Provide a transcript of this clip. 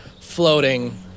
floating